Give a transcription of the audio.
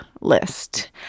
list